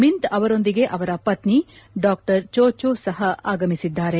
ಮಿಂತ್ ಅವರೊಂದಿಗೆ ಅವರ ಪತ್ನಿ ಡಾ ಜೋ ಜೋ ಸಹ ಆಗಮಿಸಿದ್ದಾರೆ